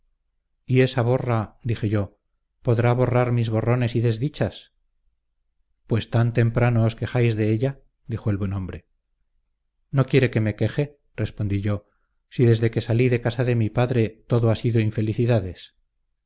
y esa borra dije yo podrá borrar mis borrones y desdichas pues tan temprano os quejáis de ella dijo el buen hombre no quiere que me queje respondí yo si desde que salí de casa de mi padre todo ha sido infelicidades